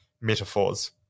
metaphors